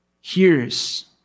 hears